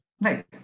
Right